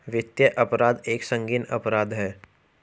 वित्तीय अपराध एक संगीन अपराध है